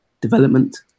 development